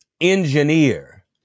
engineer